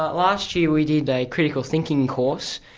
ah last year we did a critical thinking course,